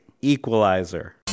Equalizer